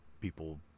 People